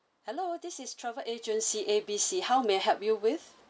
hello this is travel agency A B C how may I help you with